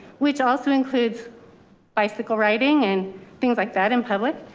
which also includes bicycle riding and things like that in public.